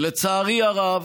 לצערי הרב,